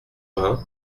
vingt